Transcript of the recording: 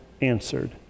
answered